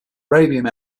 arabian